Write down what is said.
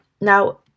now